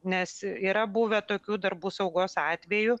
nes yra buvę tokių darbų saugos atvejų